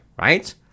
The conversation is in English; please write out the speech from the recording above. right